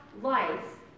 life